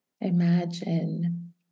Imagine